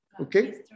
Okay